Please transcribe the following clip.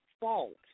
fault